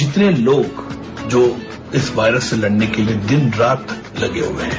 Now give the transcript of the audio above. जितने लोग इस वायरस से लड़ने के लिए दिन रात लगे हुए हैं